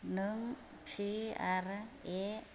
नों P R ए